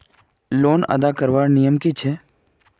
Loan अदा करवार नियम की छे?